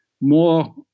more